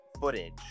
footage